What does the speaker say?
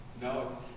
No